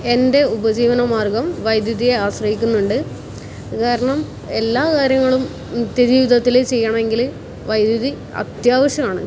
എൻ്റെ ഉപജീവനമാർഗ്ഗം വൈദ്യുതിയെ ആശ്രയിക്കുന്നുണ്ട് അത് കാരണം എല്ലാ കാര്യങ്ങളും നിത്യ ജീവിതത്തിൽ ചെയ്യണമെങ്കിൽ വൈദ്യുതി അത്യാവശ്യമാണ്